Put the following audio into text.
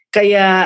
Kaya